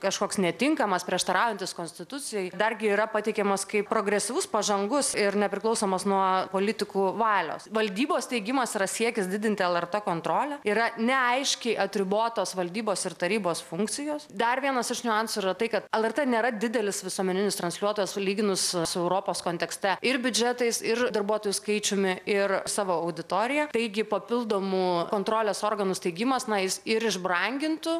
kažkoks netinkamas prieštaraujantis konstitucijai dargi yra pateikiamas kaip progresyvus pažangus ir nepriklausomas nuo politikų valios valdybos steigimas yra siekis didinti lrt kontrolę yra neaiškiai atribotos valdybos ir tarybos funkcijos dar vienas iš niuansų yra tai kad lrt nėra didelis visuomeninis transliuotojas sulyginus su europos kontekste ir biudžetais ir darbuotojų skaičiumi ir savo auditorija taigi papildomų kontrolės organų steigimas na jis ir išbrangintų